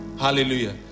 Hallelujah